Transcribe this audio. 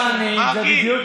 מרגי,